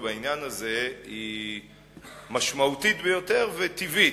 בעניין הזה היא משמעותית ביותר וטבעית.